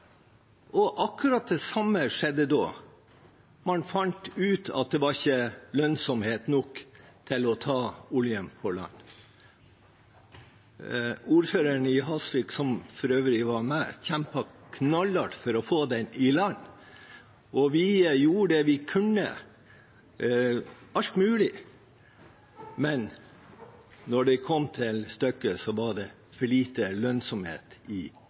Man fant ut at det ikke var lønnsomhet nok i å ta oljen på land. Ordføreren i Hasvik, som for øvrig var meg, kjempet knallhardt for å få den i land. Vi gjorde det vi kunne – alt mulig – men da det kom til stykket, var det for lite lønnsomhet i